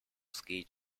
ski